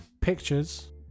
pictures